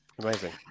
amazing